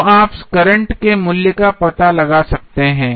तो आप करंट के मूल्य का पता लगा सकते हैं